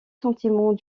sentiment